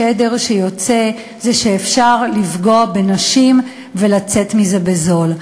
השדר שיוצא זה שאפשר לפגוע בנשים ולצאת מזה בזול.